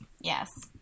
Yes